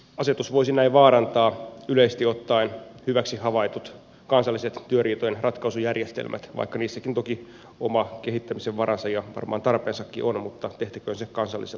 asetus voisi näin vaarantaa yleisesti ottaen hyviksi havaitut kansalliset työriitojen ratkaisujärjestelmät vaikka niissäkin toki oma kehittämisen varansa ja varmaan tarpeensakin on mutta tehtäköön se kansallisella tasolla